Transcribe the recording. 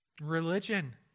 Religion